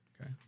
Okay